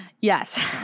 Yes